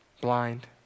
blind